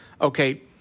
okay